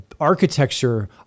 architecture